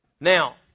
Now